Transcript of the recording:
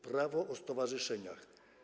Prawo o stowarzyszeniach.